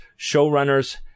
showrunners